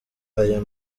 aya